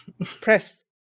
press